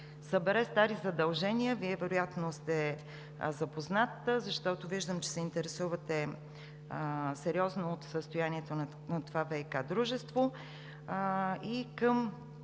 – вероятно сте запознат, защото виждам, че се интересувате сериозно от състоянието на това ВиК дружество, и към